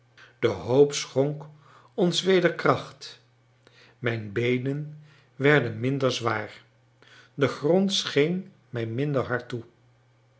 de hoop schonk ons weder kracht mijn beenen werden minder zwaar de grond scheen mij minder hard toe